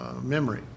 memory